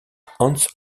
hans